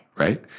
Right